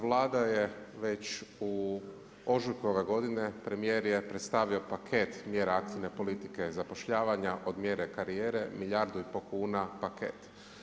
Vlada je već u ožujku ove godine, premijer je predstavio paket mjera aktivne politike zapošljavanja od mjere karijere milijardu i pol kuna paket.